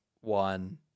one